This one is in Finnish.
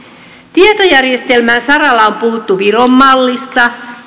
tietojärjestelmän saralla on puhuttu viron mallista